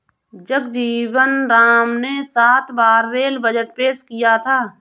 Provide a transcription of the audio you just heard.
जगजीवन राम ने सात बार रेल बजट पेश किया था